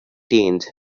teens